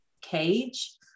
cage